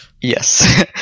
Yes